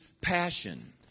passion